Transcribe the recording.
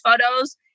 photos